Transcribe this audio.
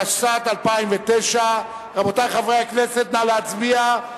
התשס"ט 2009. רבותי חברי הכנסת, נא להצביע.